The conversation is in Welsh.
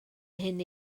hyn